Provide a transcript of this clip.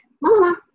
Mama